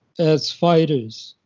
as fighters.